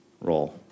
role